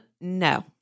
no